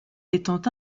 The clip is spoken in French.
étant